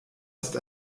ist